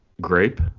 grape